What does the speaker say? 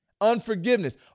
unforgiveness